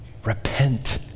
Repent